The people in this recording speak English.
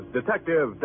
Detective